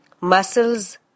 muscles